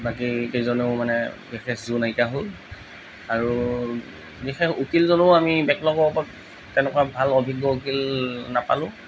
বাকী কিজনেও মানে কেচ দিও নাইকিয়া হ'ল আৰু বিশেষ উকিলজনো আমি বেকলগৰ ওপৰত তেনেকুৱা ভাল অভিজ্ঞ উকিল নাপালোঁ